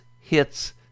hits